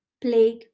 Plague